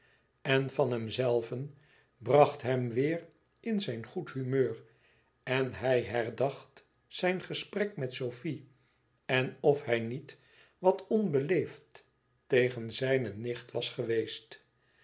en van hemzelven bracht hem weêr in zijn goed humeur en hij herdacht zijn gesprek met sofie en of hij niet wat onbeleefd tegen zijne nicht was geweest